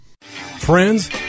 Friends